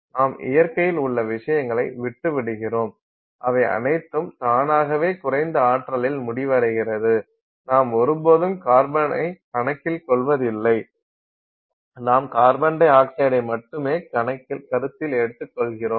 நாம் இயற்கையில் உள்ள விஷயங்களை விட்டுவிடுகிறோம் அவை அனைத்தும் தானாகவே குறைந்த ஆற்றலில் முடிவடைகிறது நாம் ஒருபோதும் கார்பனைக் கணக்கில் கொள்வதில்லை நாம் கார்பன் டை ஆக்சைடை மட்டுமே கருத்தில் கொள்கிறோம்